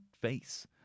face